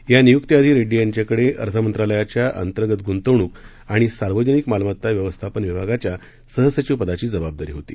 या नियुक्तीआधी रेड्डी यांच्याकडे अर्थ मंत्रालयाच्या अंतर्गत गुंतवणूक आणि सार्वजनिक मालमत्ता व्यवस्थापन विभागाच्या सहसचिवपदाची जबाबदारी होती